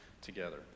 together